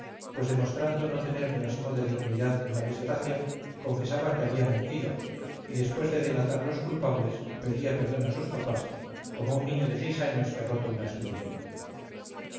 pues demostrando no tener ni asomo de dignidad en la desgracia confesaba que había mentido y después de delatar a los culpables pedía perdón a sus papás como un niño de seis años que ha roto una escudilla